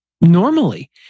Normally